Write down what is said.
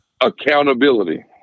Accountability